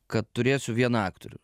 kad turėsiu vieną aktorių